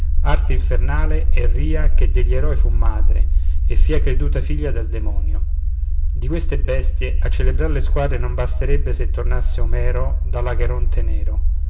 arte infernale e ria che degli eroi fu madre e fia creduta figlia del demonio di queste bestie a celebrar le squadre non basterebbe se tornasse omero dall'acheronte nero